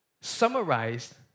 summarized